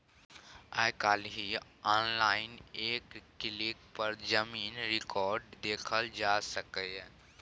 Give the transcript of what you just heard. आइ काल्हि आनलाइन एक क्लिक पर जमीनक रिकॉर्ड देखल जा सकैए